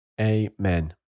Amen